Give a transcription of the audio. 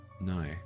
No